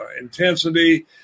intensity